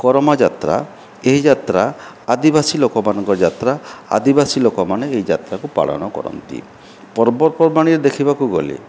କରମା ଯାତ୍ରା ଏହି ଯାତ୍ରା ଆଦିବାସୀ ଲୋକମାନଙ୍କ ଯାତ୍ରା ଆଦିବାସୀ ଲୋକମାନେ ଏହି ଯାତ୍ରାକୁ ପାଳନ କରନ୍ତି ପର୍ବପର୍ବାଣି ଦେଖିବାକୁ ଗଲେ